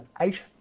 eight